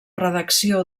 redacció